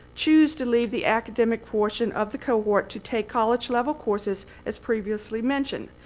choose to leave the academic portion of the cohort, to take college level courses as previously mentioned.